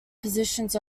positions